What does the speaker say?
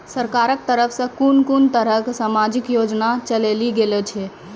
सरकारक तरफ सॅ कून कून तरहक समाजिक योजना चलेली गेलै ये?